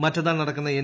മറ്റന്നാൾ നടക്കുന്ന എൻ